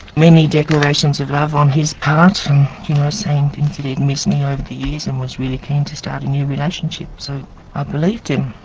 many declarations of love on his saying things, that he'd missed me over the years and was really keen to start a new relationship. so i believed him.